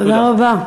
תודה רבה.